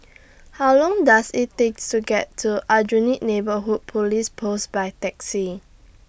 How Long Does IT Take to get to Aljunied Neighbourhood Police Post By Taxi